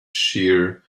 shear